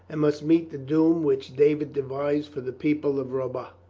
and must meet the doom which david devised for the people of rabbah.